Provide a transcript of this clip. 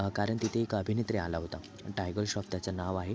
कारण तिथे एक अभिनेता आला होता टायगर श्रॉफ त्याचं नाव आहे